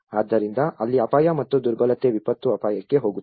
ಆದ್ದರಿಂದ ಅಲ್ಲಿ ಅಪಾಯ ಮತ್ತು ದುರ್ಬಲತೆ ವಿಪತ್ತು ಅಪಾಯಕ್ಕೆ ಹೋಗುತ್ತದೆ